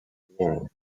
warm